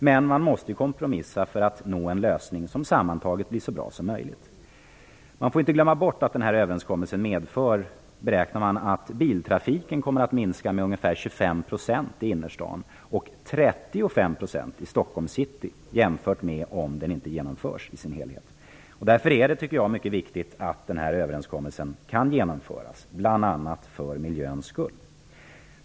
Men man måste kompromissa för att nå en lösning som sammantaget blir så bra som möjligt. Man får inte glömma bort att överenskommelsen medför, beräknas det, att biltrafiken kommer att minska med ungefär 25 % i innerstan och med 35 % i Stockholms city, jämfört med om den inte genomförs i sin helhet. Därför tycker jag att det är mycket viktigt att överenskommelsen kan genomföras, bl.a. för miljöns skull.